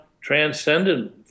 transcendent